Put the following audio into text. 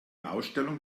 ausstellung